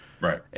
Right